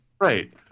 right